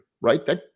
right